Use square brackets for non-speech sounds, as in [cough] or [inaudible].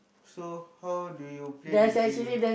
so how do you play the game [noise]